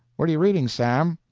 what are you reading, sam?